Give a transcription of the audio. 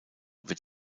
wird